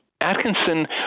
Atkinson